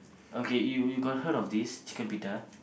okay you you got heard of this chicken pita